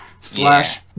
slash